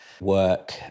work